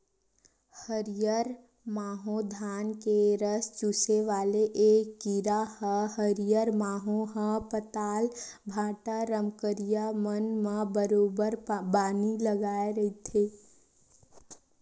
हरियर माहो धान के रस चूसे वाले ऐ कीरा ह हरियर माहो ह पताल, भांटा, रमकरिया मन म बरोबर बानी लगाय रहिथे